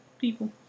people